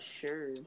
sure